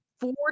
four